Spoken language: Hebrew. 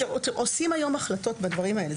עושים היום החלטות בדברים האלה.